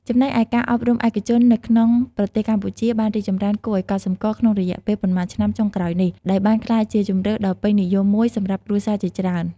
ចំណែកឯការអប់រំឯកជននៅក្នុងប្រទេសកម្ពុជាបានរីកចម្រើនគួរឱ្យកត់សម្គាល់ក្នុងរយៈពេលប៉ុន្មានឆ្នាំចុងក្រោយនេះ ដោយបានក្លាយជាជម្រើសដ៏ពេញនិយមមួយសម្រាប់គ្រួសារជាច្រើន។